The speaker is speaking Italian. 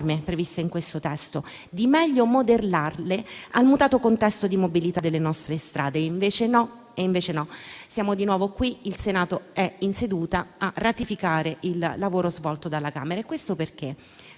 previste in questo testo e meglio modellarle al mutato contesto di mobilità delle nostre strade. Invece no: siamo di nuovo qui. Il Senato è in seduta a ratificare il lavoro svolto dalla Camera e questo perché